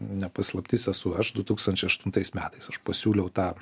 ne paslaptis esu aš du tūkstančiai aštuntais metais aš pasiūliau tą